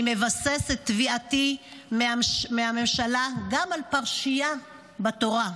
אני מבסס את תביעתי מהממשלה גם על פרשיה בתורה: